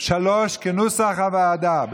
3 כנוסח הוועדה.